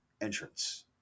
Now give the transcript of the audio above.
entrance